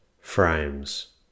frames